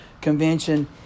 Convention